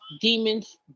demons